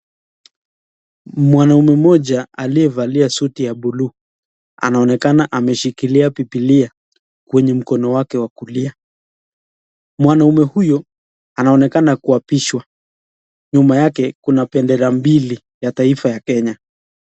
Mwanamme mmoja aliyevalia suti ya buluu anaonekana ameshikilia Bibilia kwenye mkono wake wa kulia, mwanamme huyo anaonekana kuapishwa nyuma yake kuna bendera mbili ya taifa ya Kenya.